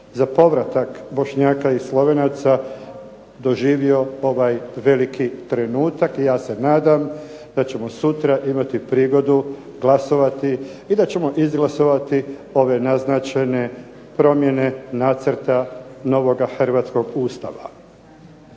za povratak Bošnjaka i Slovenaca doživio ovaj veliki trenutak i ja se nadam da ćemo sutra imati prigodu glasovati i da ćemo izglasovati ove naznačene promjene Nacrta novoga hrvatskog Ustava.